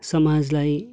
समाजलाई